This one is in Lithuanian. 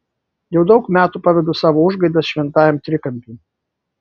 jau daug metų pavedu savo užgaidas šventajam trikampiui